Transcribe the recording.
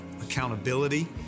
accountability